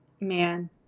Man